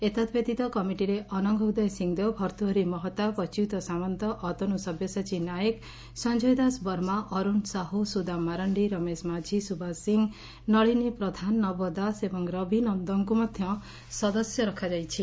ଏତଦ୍ବ୍ତୀତ କମିଟିରେ ଅନଙ୍ଙ ଉଦୟ ସିଂଦେଓ ଭର୍ତ୍ତୂହରି ମହତାବ ଅଚ୍ୟୁତ ସାମନ୍ତ ଅତନୁ ସବ୍ୟସାଚୀ ନାୟକ ସଂକୟ ଦାସବର୍ମା ଅରୁଣ ସାହୁ ସୁଦାମ ମାରାଣି ରମେଶ ମାଝି ସୁବାସ ସିଂହ ନଳିନୀ ପ୍ରଧାନ ନବଦାସ ଏବଂ ରବି ନନ୍ଦଙ୍କୁ ମଧ୍ୟ ସଦସ୍ୟ ରଖାଯାଇଛି